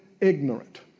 ignorant